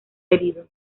herido